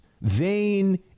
vain